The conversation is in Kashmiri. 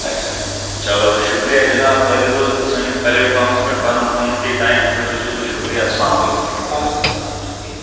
اَچھا چَلو شُکرِیہ جِناب توہہِ دِتوٕ سٲنِس پَلیٹ فارمَس پؠٹھ پَنُن قۭمتی ٹایم امہِ خٲطرٕ چھُس بہٕ شُکرِیہ السلام عَلَیکُم وعلیکُم السلام شکریہ